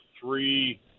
three